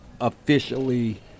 officially